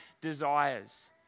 desires